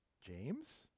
James